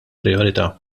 prijorità